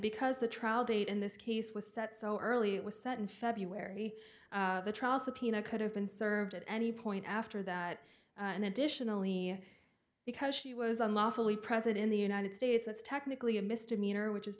because the trial date in this case was set so early it was set in february the trial subpoena could have been served at any point after that and additionally because she was unlawfully present in the united states that's technically a misdemeanor which is